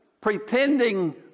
pretending